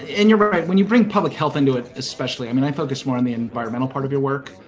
and you're but right. when you bring public health into it, especially, i mean, i focus more on the environmental part of your work.